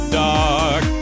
dark